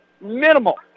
minimal